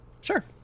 Sure